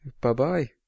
Bye-bye